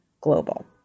global